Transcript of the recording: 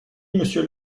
monsieur